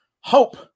hope